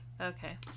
Okay